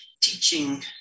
teaching